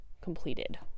completed